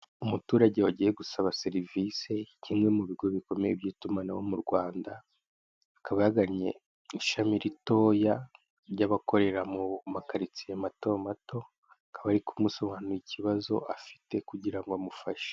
Umuturage wagiye gusaba serivisi kimwe mu bigo bikomeye by'itumanaho mu Rwanda, akaba yagannye ishami ritoya ry'abakorera mu makaritsiye mato mato akaba ari kumusobanurira ikibazo afite kugira ngo amufashe.